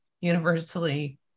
universally